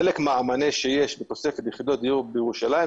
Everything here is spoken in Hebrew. חלק מהמענה שיש כתוספת יחידות דיור בירושלים,